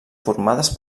formades